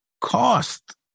cost